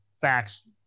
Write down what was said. facts